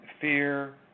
fear